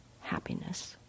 happiness